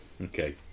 Okay